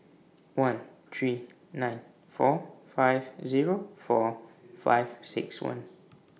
one three nine four five Zero four five six one